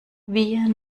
wir